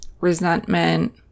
resentment